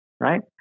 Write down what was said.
right